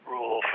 Rule